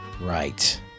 Right